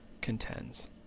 contends